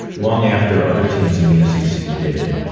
long after other teams in the scc did.